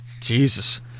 Jesus